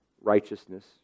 righteousness